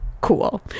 cool